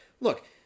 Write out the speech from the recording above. look